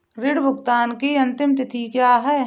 ऋण भुगतान की अंतिम तिथि क्या है?